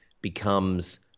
becomes